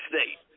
state